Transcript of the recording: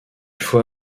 faut